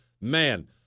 man